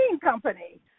company